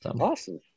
awesome